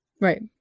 Right